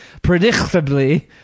predictably